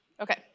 Okay